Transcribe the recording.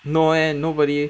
no eh nobody